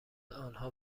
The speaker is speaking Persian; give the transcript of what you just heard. آنها